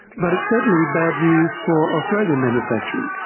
but it's certainly bad news for australian manufacturing.